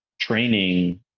training